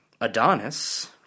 Adonis